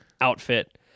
outfit